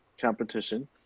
competition